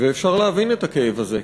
ואפשר להבין את הכאב הזה,